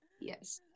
Yes